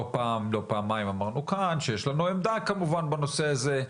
לא פעם ולא פעמיים אמרנו כאן שיש לנו עמדה כמובן בנושא הזה,